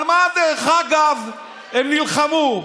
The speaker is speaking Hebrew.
על מה, דרך אגב, הם נלחמו?